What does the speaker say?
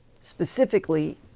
specifically